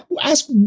Ask